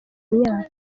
imyaka